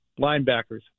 linebackers